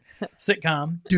sitcom